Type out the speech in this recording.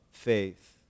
faith